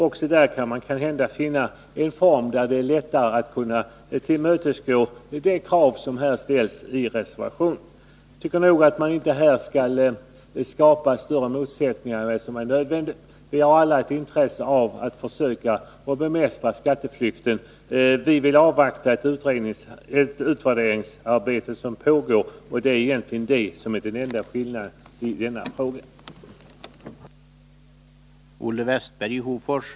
Också i det sammanhanget kan man kanske finna en form som innebär att det är lättare att tillmötesgå de krav som här ställs i reservationen. Jag tror att man inte skall skapa större motsättningar än nödvändigt. Vi har alla ett intresse av att försöka bemästra skatteflykten. Den enda skillnaden i den här frågan är att vi vill avvakta det utredningsarbete som pågår.